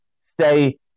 stay